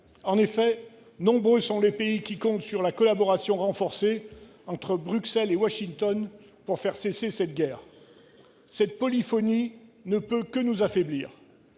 En effet, nombreux sont les pays qui comptent sur la collaboration renforcée entre Bruxelles et Washington pour faire cesser cette guerre. Cette polyphonie ne peut que nous affaiblir